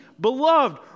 beloved